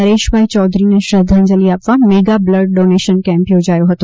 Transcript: નરેશભાઈ ચૌધરીને શ્રદ્વાંજલિ આપવા મેગા બ્લડ ડોનેશન કેમ્પ યોજાયો હતો